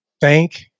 Thank